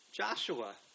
Joshua